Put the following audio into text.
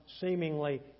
seemingly